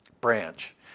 Branch